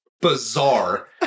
bizarre